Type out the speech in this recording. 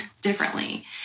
differently